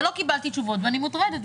לא קיבלתי תשובות ואני מוטרדת.